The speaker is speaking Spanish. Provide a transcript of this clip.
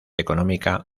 económica